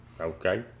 Okay